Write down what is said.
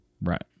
Right